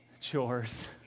chores